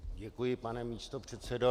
Děkuji, pane místopředsedo.